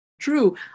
true